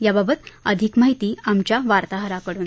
याविषयीची अधिक माहिती आमच्या वार्ताहराकडून